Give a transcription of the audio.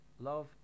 love